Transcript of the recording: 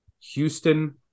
Houston